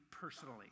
personally